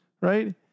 right